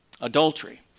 adultery